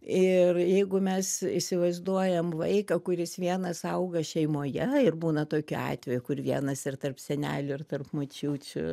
ir jeigu mes įsivaizduojam vaiką kuris vienas auga šeimoje ir būna tokių atvejų kur vienas ir tarp senelių ir tarp močiučių